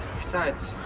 besides,